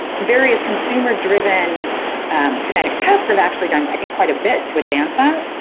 various consumer-driven genetic tests have actually done, i think quite a bit to advance that,